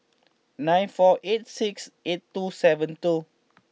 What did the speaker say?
nine four eight six eight two seven two